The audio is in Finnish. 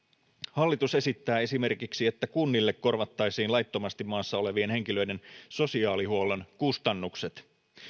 hallitus esittää esimerkiksi että kunnille korvattaisiin laittomasti maassa olevien henkilöiden sosiaalihuollon kustannukset